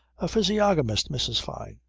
a physiognomist, mrs. fyne.